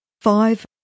five